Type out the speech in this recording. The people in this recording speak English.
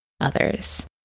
others